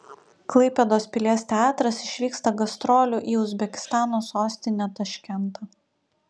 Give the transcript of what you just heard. klaipėdos pilies teatras išvyksta gastrolių į uzbekistano sostinę taškentą